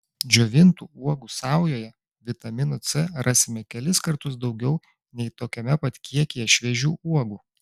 džiovintų uogų saujoje vitamino c rasime kelis kartus daugiau nei tokiame pat kiekyje šviežių uogų